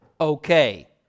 okay